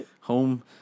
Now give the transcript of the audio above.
Home